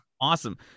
awesome